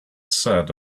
said